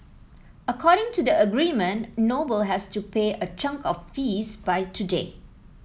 according to the agreement Noble has to pay a chunk of the fees by today